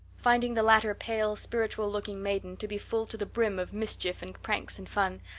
finding the latter pale spiritual-looking maiden to be full to the brim of mischief and pranks and fun,